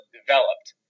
developed